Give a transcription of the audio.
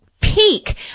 peak